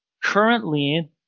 currently